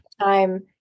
time